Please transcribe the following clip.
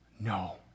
No